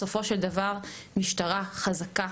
בסופו של דבר, משטרה חזקה,